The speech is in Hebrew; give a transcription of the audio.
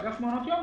אגף מעונות יום,